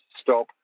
stop